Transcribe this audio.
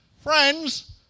friends